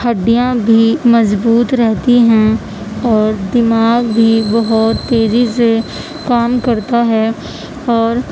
ہڈیاں بھی مضبوط رہتی ہیں اور دماغ بھی بہت تیزی سے کام کرتا ہے اور